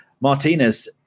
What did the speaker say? Martinez